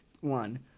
one